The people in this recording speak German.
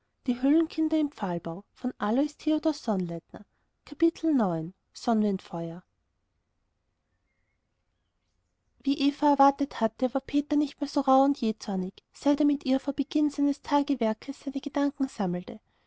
wie eva erwartet hatte war peter nicht mehr so rauh und jähzornig seit er mit ihr vor beginn des tagewerkes seine gedanken sammelte